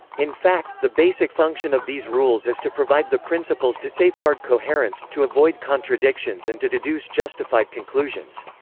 in fact, the basic function of these rules is to provide the principles to safeguard coherence, to avoid contradictions and to deduce justified conclusions.